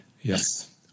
Yes